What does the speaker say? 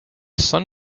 sun